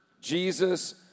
Jesus